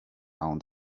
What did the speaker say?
own